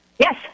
Yes